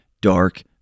dark